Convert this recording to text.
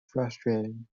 frustrating